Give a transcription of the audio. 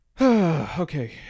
Okay